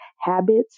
habits